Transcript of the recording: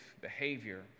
behavior